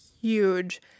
huge